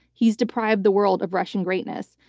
he's deprived the world of russian greatness.